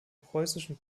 preußischen